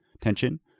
tension